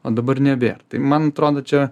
o dabar nebėr tai man atrodo čia